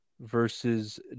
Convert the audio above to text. Versus